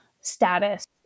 status